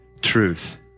truth